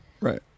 Right